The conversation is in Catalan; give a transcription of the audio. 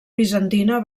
bizantina